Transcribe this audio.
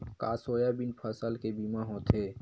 का सोयाबीन फसल के बीमा होथे?